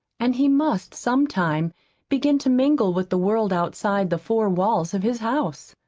and he must some time begin to mingle with the world outside the four walls of his house!